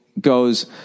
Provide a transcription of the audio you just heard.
goes